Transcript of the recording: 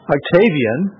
Octavian